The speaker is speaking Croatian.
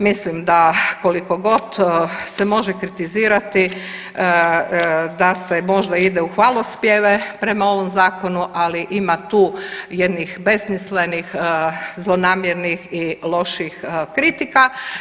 Mislim da koliko god se može kritizirati da se možda ide u hvalospjeve prema ovom zakonu, ali ima tih jednih besmislenih zlonamjernih i loših kritika.